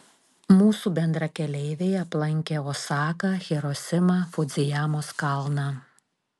mūsų bendrakeleiviai aplankė osaką hirosimą fudzijamos kalną